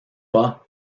pas